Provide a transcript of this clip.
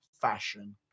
fashion